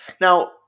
now